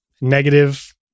negative